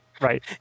Right